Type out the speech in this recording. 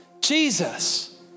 Jesus